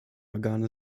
organe